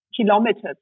kilometers